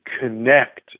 connect